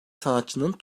sanatçının